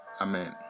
Amen